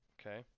Okay